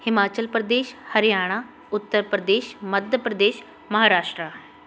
Himachal Pradesh Haryana Uttar Pradesh Madhya Pradesh Maharashtra